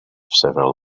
several